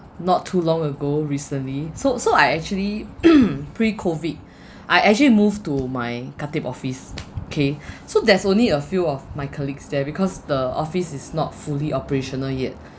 not too long ago recently so so I actually pre-COVID I actually move to my khatib office kay so there's only a few of my colleagues there because the office is not fully operational yet